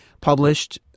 published